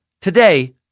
today